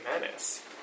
Menace